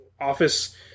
office